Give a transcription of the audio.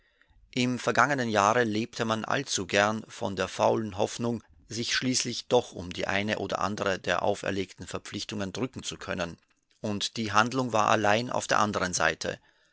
im vergangenen jahre lebte man allzu gern von der faulen hoffnung sich schließlich doch um die eine oder andere der auferlegten verpflichtungen drücken zu können und die handlung war allein auf der andern seite